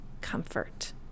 comfort